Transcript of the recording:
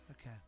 Okay